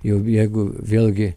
jau jeigu vėlgi